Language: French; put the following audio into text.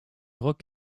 rock